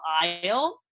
aisle